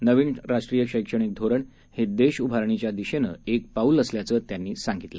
नवीन राष्ट्रीय शैक्षणिक धोरण हे देश उभारणीच्या दिशेनं एक पाऊल असल्याचं त्यांनी सांगितलं